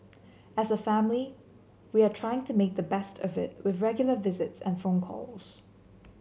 as a family we are trying to make the best of it with regular visits and phone calls